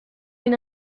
une